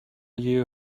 you